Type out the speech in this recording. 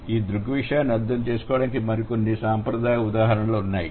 ఈ దృగ్విషయాన్ని అర్థం చేసుకోవడానికి ఇక్కడ కొన్ని సంప్రదాయ ఉదాహరణలు ఉన్నాయి